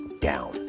down